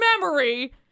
memory